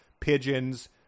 pigeons